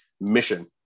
mission